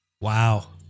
Wow